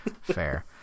fair